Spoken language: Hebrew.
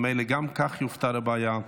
גם כך תיפתר הבעיה.